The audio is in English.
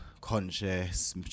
conscious